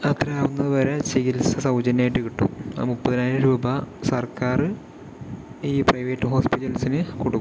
അതത്രയാവുന്നതുവരെ ചികിത്സ സൗജന്യമായിട്ട് കിട്ടും ആ മുപ്പതിനായിരം രൂപ സർക്കാര് ഈ പ്രൈവറ്റ് ഹോസ്പിറ്റൽസിന് കൊടുക്കും